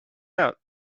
out